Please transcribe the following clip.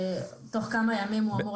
הוא אמור לצאת תוך כמה ימים.